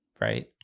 right